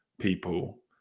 people